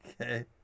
okay